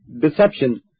deception